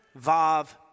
Vav